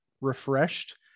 refreshed